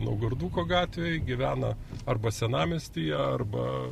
naugarduko gatvėj gyvena arba senamiestyje arba